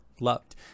loved